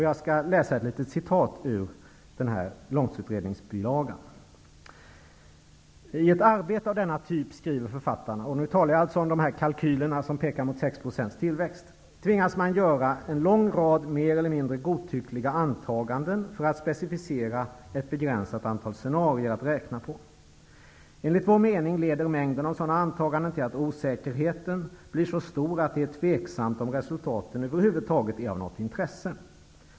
Jag skall citera en del ur den här långtidsutredningsbilagan: ''-- i ett arbete av denna typ'' -- nu talar jag om de kalkyler som pekar mot 6 % tillväxt -- ''tvingas man göra en lång rad av mer eller mindre godtyckliga antaganden för att specificera ett begränsat antal scenarier att räkna på. Enligt vår mening leder mängden av sådana antaganden till att osäkerheten -- blir så stor att det är tveksamt om resultaten överhuvud taget är av något intresse.